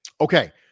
Okay